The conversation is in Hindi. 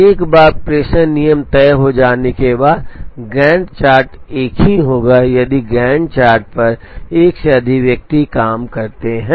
एक बार प्रेषण नियम तय हो जाने के बाद गैंट चार्ट एक ही होगा यदि गैंट चार्ट पर एक से अधिक व्यक्ति काम करते हैं